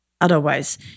Otherwise